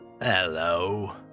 Hello